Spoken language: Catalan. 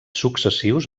successius